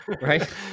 right